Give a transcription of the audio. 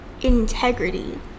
integrity